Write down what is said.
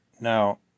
now